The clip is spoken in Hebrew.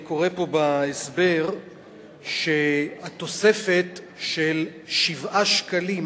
אני קורא פה בהסבר שהתוספת של 7 שקלים,